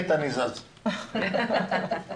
(היו"ר טלי פלוסקוב)